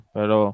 Pero